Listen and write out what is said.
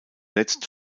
letzt